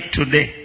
today